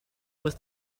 was